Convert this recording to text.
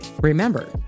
Remember